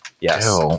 Yes